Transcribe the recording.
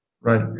right